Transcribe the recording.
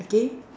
okay